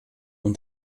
und